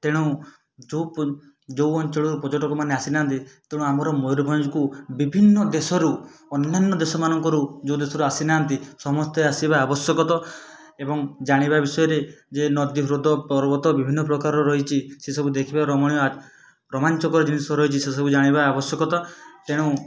ତେଣୁ ଯେଉଁ ପ ଯେଉଁ ଅଞ୍ଚଳରୁ ପର୍ଯ୍ୟଟକମାନେ ଆସିନାହାଁନ୍ତି ତେଣୁ ଆମର ମୟୂରଭଞ୍ଜକୁ ବିଭିନ୍ନ ଦେଶରୁ ଅନ୍ୟାନ୍ୟ ଦେଶମାନଙ୍କରୁ ଯେଉଁ ଦେଶରୁ ଆସିନାହାଁନ୍ତି ସମସ୍ତେ ଆସିବା ଆବଶ୍ୟକତ ଏବଂ ଜାଣିବା ବିଷୟରେ ଯେ ନଦୀ ହ୍ରଦ ପର୍ବତ ବିଭିନ୍ନ ପ୍ରକାର ରହିଛି ସେ ସବୁ ଦେଖିବା ରମଣୀୟ ଆ ରୋମାଞ୍ଚକ ଜିନିଷ ରହିଛି ସେ ସବୁ ଜାଣିବା ଆବଶ୍ୟକତା ତେଣୁ